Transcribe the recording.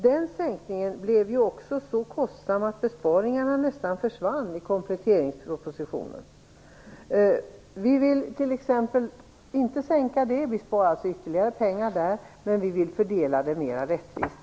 Den sänkningen blev också så kostsam att besparingarna i kompletteringspropositionen nästan försvann. Vi sparar alltså ytterligare pengar genom att inte sänka matmomsen. Vi vill också fördela mera rättvist.